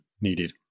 needed